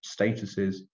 statuses